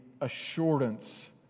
assurance